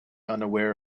unaware